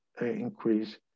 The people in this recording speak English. increase